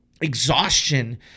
exhaustion